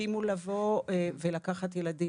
שיסכימו לבוא ולקחת ילדים לאומנה.